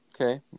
Okay